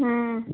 ह्म्म